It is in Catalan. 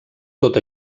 tot